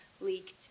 leaked